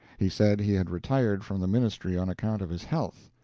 he said he had retired from the ministry on account of his health.